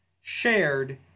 shared